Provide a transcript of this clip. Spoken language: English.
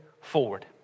forward